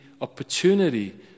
opportunity